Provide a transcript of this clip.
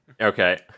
okay